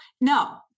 no